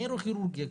נוירו-כירורגיה,